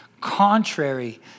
contrary